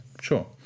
sure